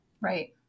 right